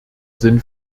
sinn